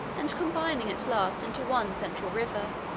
and combining at last into one central river,